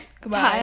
Goodbye